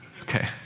Okay